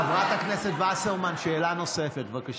חברת הכנסת וסרמן, שאלה נוספת, בבקשה.